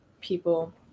people